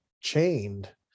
chained